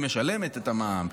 היא משלמת את המע"מ,